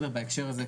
בהקשר הזה,